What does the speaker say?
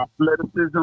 Athleticism